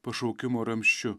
pašaukimo ramsčiu